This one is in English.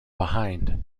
behind